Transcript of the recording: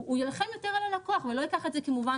הוא יילחם יותר על הלקוח ולא ייקח את זה כמובן